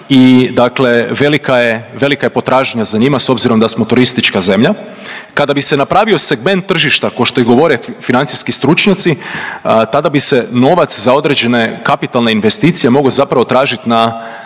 i dakle velika je potražnja za njima s obzirom da smo turistička zemlja. Kada bi se napravio segment tržišta kao što i govore financijski stručnjaci tada bi se novac za određene kapitalne investicije mogao zapravo tražiti na